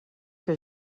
que